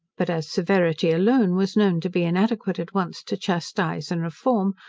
but as severity alone was known to be inadequate at once to chastize and reform,